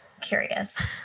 curious